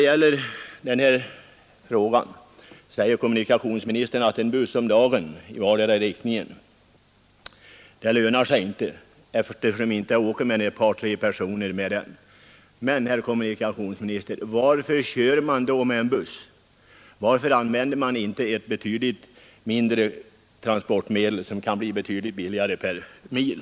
Vidare säger kommunikationsministern att en buss om dagen i vardera riktningen inte lönar sig, när bara två tre personer åker med den. Men, herr kommunikationsminister, varför trafikerar man då sträckan med en buss? Varför använder man inte i stället ett mindre fordon, som blir betydligt billigare per mil?